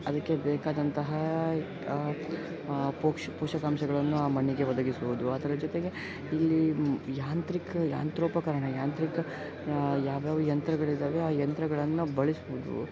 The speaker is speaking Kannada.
ಅದಕ್ಕೆ ಬೇಕಾದಂತಹ ಪೋಕ್ಷ್ ಪೋಷಕಾಂಶಗಳನ್ನು ಆ ಮಣ್ಣಿಗೆ ಒದಗಿಸುವುದು ಅದರ ಜೊತೆಗೆ ಇಲ್ಲಿ ಯಾಂತ್ರಿಕ ಯಂತ್ರೋಪಕರಣ ಯಾಂತ್ರಿಕ ಯಾವ್ಯಾವ ಯಂತ್ರಗಳಿದ್ದಾವೆ ಆ ಯಂತ್ರಗಳನ್ನು ಬಳಸ್ಬೋದು